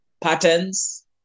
patterns